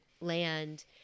land